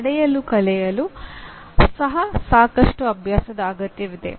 ನಡೆಯಲು ಕಲಿಯಲು ಸಹ ಸಾಕಷ್ಟು ಅಭ್ಯಾಸದ ಅಗತ್ಯವಿದೆ